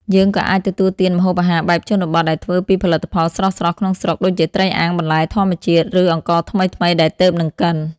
យើងក៏អាចទទួលទានម្ហូបអាហារបែបជនបទដែលធ្វើពីផលិតផលស្រស់ៗក្នុងស្រុក ដូចជាត្រីអាំង បន្លែធម្មជាតិ ឬអង្ករថ្មីៗដែលទើបនឹងកិន ។